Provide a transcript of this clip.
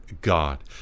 God